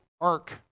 arc